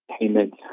payment